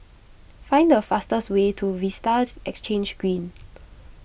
find the fastest way to Vista Exhange Green